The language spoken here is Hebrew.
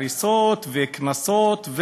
הריסות וקנסות,